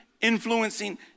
influencing